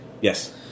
Yes